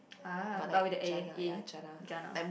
ah but with the A eh Jana